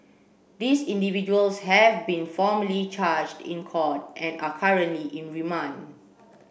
these individuals have been formally charged in court and are currently in remand